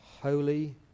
holy